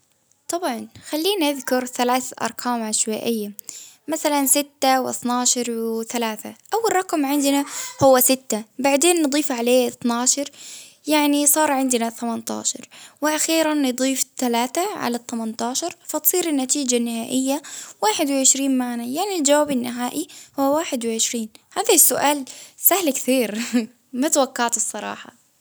طبعا خليني أذكر ثلاث أرقام عشوائية، مثلا ستة واتني عشر وثلاثة، أول رقم عندنا هو ستة، بعدين نضيف عليه اثني عشر يعني صار عندنا إثني عشر، وأخيرا نضيف ثلاثة على التمانية عشر فتصير النتيجة النهائية واحد وعشرين، يعني الجواب النهائي هو واحد وعشرين، هذا السؤال سهل كثير، ما توقعته الصراحة.